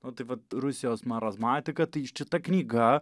nu tai vat rusijos marazmatika tai šita knyga